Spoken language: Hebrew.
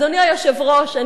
אדוני היושב-ראש,